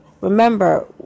Remember